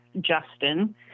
Justin